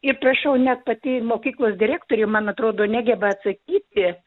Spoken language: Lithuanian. ir prašau net pati mokyklos direktorė man atrodo negeba atsakyti